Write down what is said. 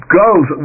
goes